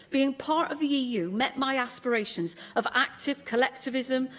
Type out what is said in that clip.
being part of the eu met my aspirations of active collectivism,